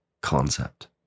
concept